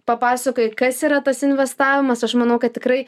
papasakojai kas yra tas investavimas aš manau kad tikrai